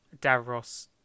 Davros